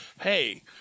hey